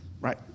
right